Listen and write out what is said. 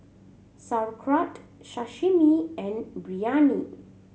Sauerkraut Sashimi and Biryani